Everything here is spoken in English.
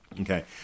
Okay